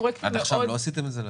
עד עכשיו לא עשיתם את זה?